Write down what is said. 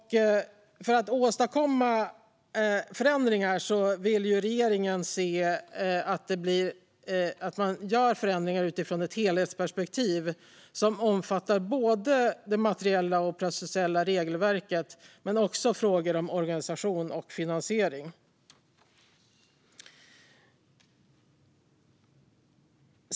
För att åstadkomma förändringar vill regeringen att man gör förändringar utifrån ett helhetsperspektiv som omfattar både det materiella och det processuella regelverket men också frågor om organisation och finansiering.